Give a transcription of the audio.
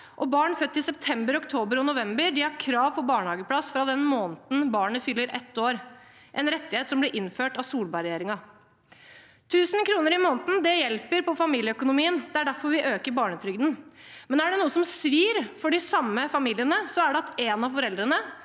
Barn født i september, oktober og november har krav på barnehageplass fra den måneden de fyller ett år – en rettighet som ble innført av Solberg-regjeringen. 1 000 kr i måneden hjelper på familieøkonomien. Det er derfor vi øker barnetrygden. Men er det noe som svir for de samme familiene, er det at en av foreldrene,